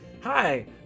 Hi